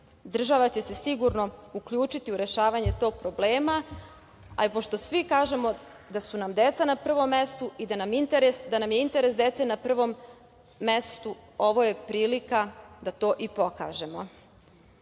Država će se sigurno uključiti u rešavanje tog problema. Pošto svi kažemo da su nam deca na prvom mestu i da nam je interes dece na prvom mestu ovo je prilika da to i pokažemo.